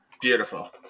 Beautiful